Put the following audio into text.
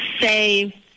say